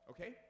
Okay